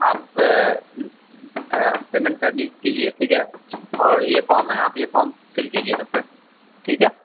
آپ پیمنٹ کرنی کیجیے ٹھیک ہے اور یہ فام ہے آپ یہ فام فل کیجیے تب تک ٹھیک ہے